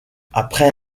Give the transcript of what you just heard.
après